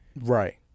Right